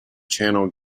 channel